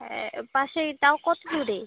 হ্যাঁ পাশেই তাও কত দূরে